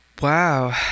Wow